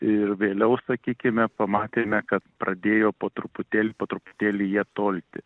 ir vėliau sakykime pamatėme kad pradėjo po truputėlį po truputėlį jie tolti